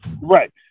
right